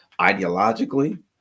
ideologically